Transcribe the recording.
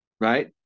right